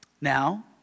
Now